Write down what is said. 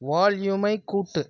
வால்யூமை கூட்டு